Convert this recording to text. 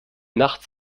nachts